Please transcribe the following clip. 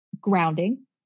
grounding